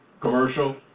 Commercial